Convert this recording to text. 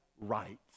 right